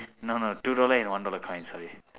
no no two dollar and one dollar coin sorry